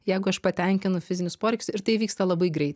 jeigu aš patenkinu fizinius poreikius ir tai įvyksta labai greit